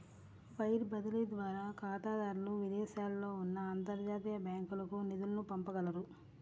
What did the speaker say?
wire బదిలీ ద్వారా ఖాతాదారులు విదేశాలలో ఉన్న అంతర్జాతీయ బ్యాంకులకు నిధులను పంపగలరు